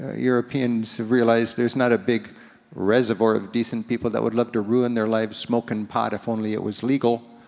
ah europeans have realized there's not a big reservoir of decent people that would love to ruin their lives smoking pot if only it was legal.